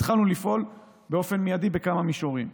התחלנו לפעול באופן מיידי בכמה מישורים.